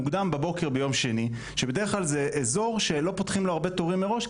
מוקדם בבוקר ביום שני שבדרך כלל זה אזור שלא פותחים לו הרבה תורים מראש,